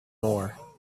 more